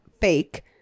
fake